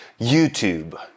YouTube